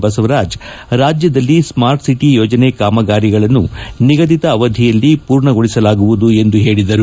ಬಸವರಾಜ್ ರಾಜ್ಯದಲ್ಲಿ smart city ಯೋಜನೆ ಕಾಮಗಾರಿಗಳನ್ನು ನಿಗದಿತ ಅವಧಿಯಲ್ಲಿ ಮೂರ್ಣಗೊಳಿಸಲಾಗುವುದು ಎಂದು ತಿಳಿಸಿದರು